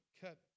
cut